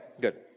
good